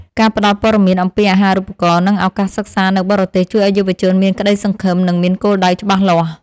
ការផ្ដល់ព័ត៌មានអំពីអាហារូបករណ៍និងឱកាសសិក្សានៅបរទេសជួយឱ្យយុវជនមានក្តីសង្ឃឹមនិងមានគោលដៅច្បាស់លាស់។